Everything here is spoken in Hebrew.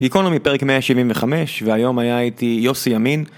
גיקונומי פרק 175, והיום היה איתי יוסי ימין